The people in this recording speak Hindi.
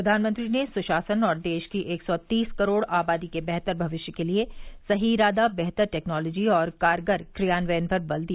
प्रधानमंत्री ने सुशासन और देश की एक सौ तीस करोड़ आबादी के बेहतर भविष्य के लिए सही इरादा बेहतर टेक्नॉलॉजी और कारगर क्रियान्वयन पर बल दिया